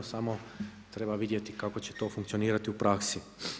Samo treba vidjeti kako će to funkcionirati u praksi.